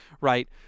right